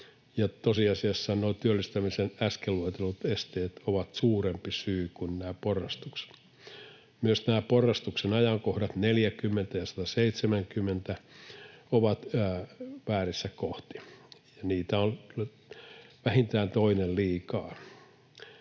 Tosiasiassa nuo työllistämisen äsken luetellut esteet ovat suurempi syy kuin nämä porrastukset. Myös nämä porrastuksen ajankohdat, 40 ja 170, ovat väärissä kohdissa, ja niitä on vähintään toinen liikaa.